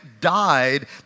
died